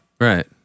Right